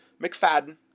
McFadden